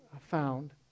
found